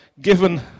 given